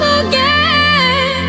again